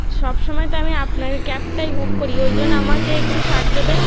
সবসময় তো আমি আপনার ক্যাবটাই বুক করি ওই জন্য আমাকে একটু ছাড় দেবেন